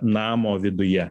namo viduje